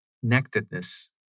connectedness